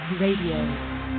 Radio